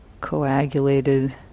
coagulated